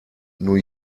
new